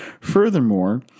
Furthermore